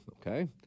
Okay